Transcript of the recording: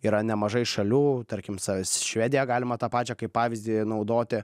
yra nemažai šalių tarkim sa švediją galima tą pačią kaip pavyzdį naudoti